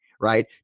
Right